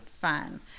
Fun